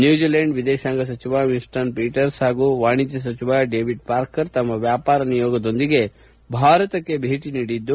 New Zealand ವಿದೇಶಾಂಗ ಸಚಿವ Winston Peters ಹಾಗೂ ವಾಣಿಜ್ಯ ಸಚಿವ ಡೇವಿಡ್ ಪಾರ್ಕರ್ ತಮ್ಮ ವ್ಯಾಪಾರ ನಿಯೋಗದೊಂದಿಗೆ ಭಾರತಕ್ಕೆ ಭೇಟಿ ನೀಡಿದ್ದು